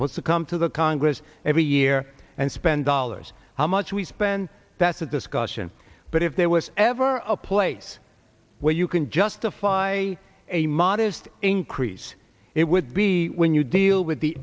was to come to the congress every year and spend dollars how much we spend that's a discussion but if there was ever a place where you can justify a modest increase it would be when you deal with the